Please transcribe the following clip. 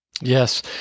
Yes